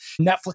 Netflix